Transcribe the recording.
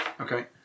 Okay